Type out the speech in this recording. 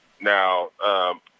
Now—